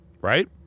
right